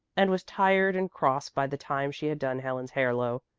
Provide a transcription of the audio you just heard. and was tired and cross by the time she had done helen's hair low,